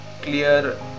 clear